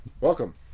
Welcome